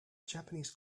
japanese